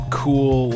cool